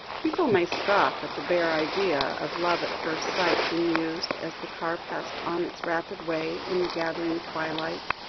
people may scoff at the bare idea of love at first sight, he mused, as the car passed on its rapid way in the gathering twilight,